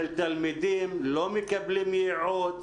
תלמידים שלא מקבלים ייעוץ,